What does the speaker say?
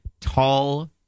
tall